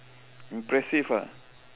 impressive ah